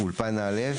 אולפן א',